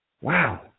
Wow